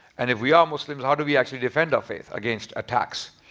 and if we are muslims how do we actually defend our faith against attacks?